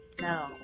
No